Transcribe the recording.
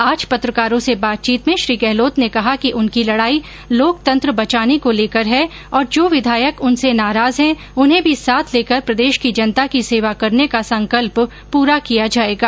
आज पत्रकारों से बातचीत में श्री गहलोत ने कहा कि उनकी लड़ाई लोकतंत्र बचाने को लेकर है और जो विधायक उनसे नाराज हैं उन्हैं भी साथ लेकर प्रदेश की जनता की सेवा करने का संकल्प पूरा किया जायेगा